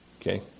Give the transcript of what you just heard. Okay